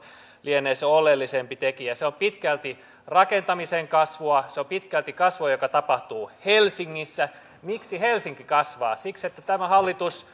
lienee se oleellisempi tekijä se on pitkälti rakentamisen kasvua se on pitkälti kasvua joka tapahtuu helsingissä miksi helsinki kasvaa siksi että tämä hallitus